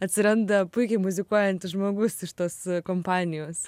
atsiranda puikiai muzikuojantis žmogus iš tos kompanijos